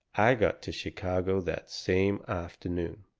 i got to chicago that same afternoon.